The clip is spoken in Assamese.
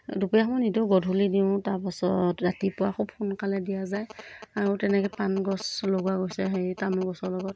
দুপৰীয়া সময়ত নিদোঁ গধূলি দিওঁ তাৰপাছত ৰাতিপুৱা খুব সোনকালে দিয়া যায় আৰু তেনেকৈ পাণ গছ লগোৱা গৈছে হেৰি তামোল গছৰ লগত